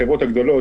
החברות הגדולות,